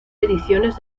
ediciones